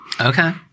Okay